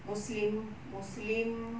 muslim muslim